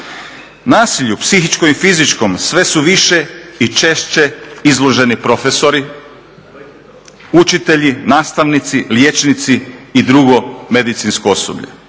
Nasilju psihičkom i fizičkom sve su više i češće izloženi profesori, učitelji, nastavnici, liječnici i drugo medicinsko osoblje.